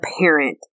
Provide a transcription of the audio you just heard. parent